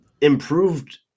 improved